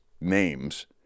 names